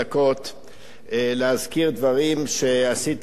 להזכיר דברים שעשיתי בצעירותי.